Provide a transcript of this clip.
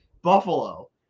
Buffalo